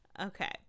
Okay